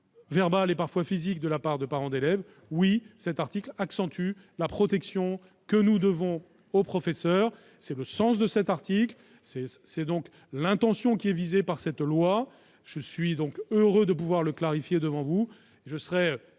verbales et parfois physiques de la part d'élèves ou de parents d'élèves. Oui, cet article accentue la protection que nous devons aux professeurs. C'est le sens de ce que nous proposons et l'intention visée par cette loi. Je suis très heureux de pouvoir clarifier devant vous